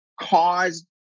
caused